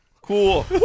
Cool